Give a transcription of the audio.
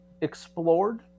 explored